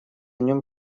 нем